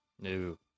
No